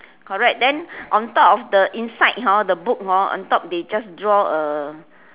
correct then on top of the inside hor the book hor on top they just draw a